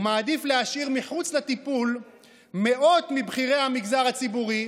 הוא מעדיף להשאיר מחוץ לטיפול מאות מבכירי המגזר הציבורי,